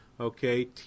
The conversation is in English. Okay